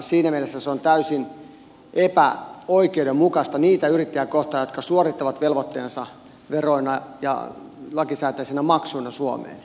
siinä mielessä se on täysin epäoikeudenmukaista niitä yrittäjiä kohtaan jotka suorittavat velvoitteensa veroina ja lakisääteisinä maksuina suomeen